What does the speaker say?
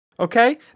Okay